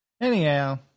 Anyhow